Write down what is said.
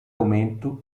aumento